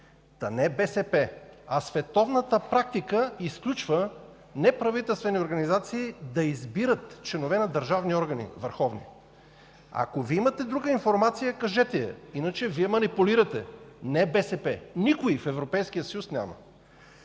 Та не БСП, а световната практика изключва неправителствени организации да избират членове на върховни държавни органи. Ако Вие имате друга информация, кажете я, иначе манипулирате. Не БСП, никой в Европейския съюз няма!